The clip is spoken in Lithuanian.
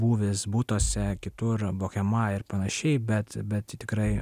būvis butuose kitur bohema ir panašiai bet bet tikrai